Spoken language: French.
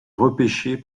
repêché